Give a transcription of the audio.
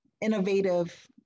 innovative